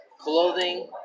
clothing